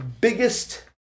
biggest